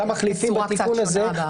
שאותן מחליפים בתיקון הזה,